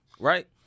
Right